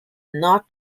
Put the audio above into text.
not